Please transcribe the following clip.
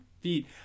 feet